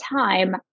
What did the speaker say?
time